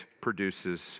produces